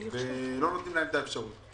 לא נותנים להם את האפשרות.